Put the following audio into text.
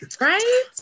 Right